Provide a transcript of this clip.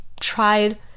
tried